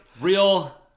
Real